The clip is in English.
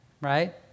right